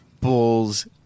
Bulls